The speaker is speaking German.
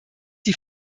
die